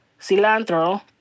cilantro